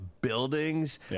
buildings